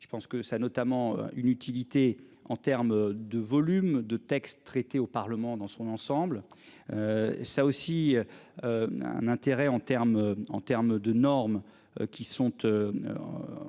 je pense que ça notamment une utilité en terme de volume de textes traité au Parlement dans son ensemble. Ça aussi. Un intérêt en terme en terme de normes qui sont